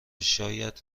شاید